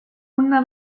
una